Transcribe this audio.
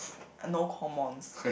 uh no commons